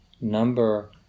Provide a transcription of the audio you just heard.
number